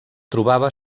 trobava